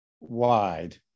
wide